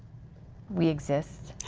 we exist.